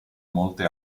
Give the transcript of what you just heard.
molte